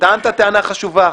טענת טענה חשובה,